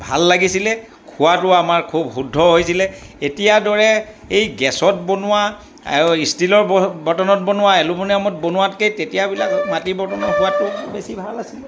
ভাল লাগিছিলে খোৱাটো আমাৰ খুব শুদ্ধ হৈছিলে এতিয়া দৰে এই গেছত বনোৱা আৰু ষ্টীলৰ বৰ্তনত বনোৱা এলোমনিয়ামত বনোৱাতকৈ তেতিয়াবিলাক মাটিৰ বৰ্তনৰ সোৱাদটো বেছি ভাল আছিল